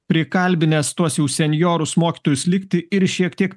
prikalbinęs tuos jų senjorus mokytojus likti ir šiek tiek